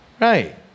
Right